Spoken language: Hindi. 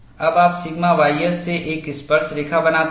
अब आप सिग्मा ys से एक स्पर्शरेखा बनाते हैं